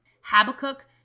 Habakkuk